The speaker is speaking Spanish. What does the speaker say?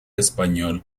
español